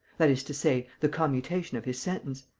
that is to say, the commutation of his sentence.